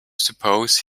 suppose